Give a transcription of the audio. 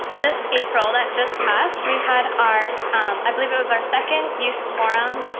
this april, that just passed, we had our i believe it was our second youth forum